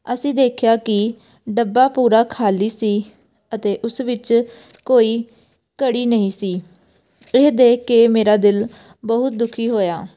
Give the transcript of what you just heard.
ਅਸੀਂ ਦੇਖਿਆ ਕੀ ਡੱਬਾ ਪੂਰਾ ਖਾਲੀ ਸੀ ਅਤੇ ਉਸ ਵਿੱਚ ਕੋਈ ਘੜੀ ਨਹੀਂ ਸੀ ਇਹ ਦੇਖ ਕੇ ਮੇਰਾ ਦਿਲ ਬਹੁਤ ਦੁਖੀ ਹੋਇਆ